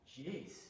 Jeez